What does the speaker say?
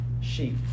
sheep